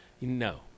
no